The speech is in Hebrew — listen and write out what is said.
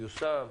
הוא יושם?